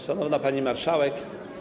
Szanowna Pani Marszałek!